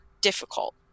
difficult